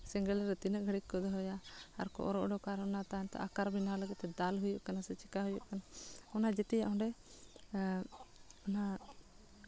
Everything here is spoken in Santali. ᱥᱮᱸᱜᱮᱞ ᱨᱮ ᱛᱤᱱᱟᱹᱜ ᱜᱷᱟᱹᱲᱤᱠ ᱠᱚ ᱫᱚᱦᱚᱭᱟ ᱟᱨᱠᱚ ᱚᱨ ᱚᱰᱳᱠᱟ ᱟᱨ ᱚᱱᱟ ᱛᱟᱭᱚᱢ ᱛᱮ ᱟᱠᱟᱨ ᱵᱮᱱᱟᱣ ᱞᱟᱹᱜᱤᱫ ᱛᱮ ᱫᱟᱞ ᱦᱩᱭᱩᱜ ᱠᱟᱱᱟ ᱥᱮ ᱪᱤᱠᱟ ᱦᱩᱭᱩᱜ ᱠᱟᱱᱟ ᱚᱱᱟ ᱡᱮᱛᱮᱭᱟᱜ ᱚᱱᱟ